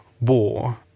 war